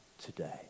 today